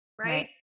Right